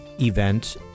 event